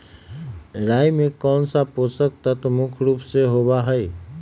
राई में कौन सा पौषक तत्व मुख्य रुप से होबा हई?